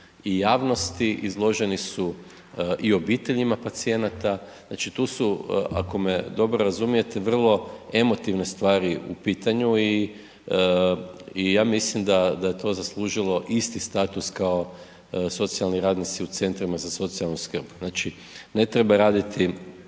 i javnosti, izloženi su i obiteljima pacijenata, znači tu su, ako me dobro razumijete, vrlo emotivne stvari u pitanju i, i ja mislim da, da je to zaslužilo isti status kao socijalni radnici u centrima za socijalnu skrb, znači ne treba raditi